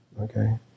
Okay